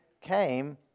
came